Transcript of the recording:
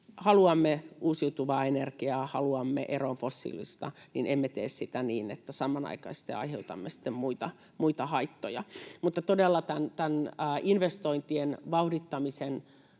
haluamme uusiutuvaa energiaa ja haluamme eroon fossiilisista, niin emme tee sitä niin, että samanaikaisesti aiheutamme sitten muita haittoja. Mutta todella investointien vauhdittamisen